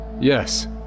Yes